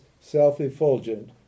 self-effulgent